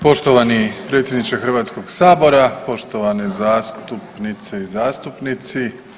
Poštovani predsjedniče Hrvatskoga sabora, poštovane zastupnice i zastupnici.